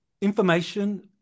information